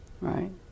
right